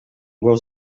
gos